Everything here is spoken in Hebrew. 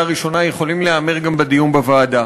הראשונה יכולים להיאמר גם בדיון בוועדה,